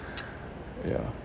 ya